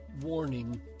warning